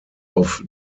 auf